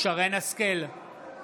אינה נוכחת יאסר חוג'יראת,